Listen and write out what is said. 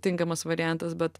tinkamas variantas bet